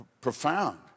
profound